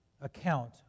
account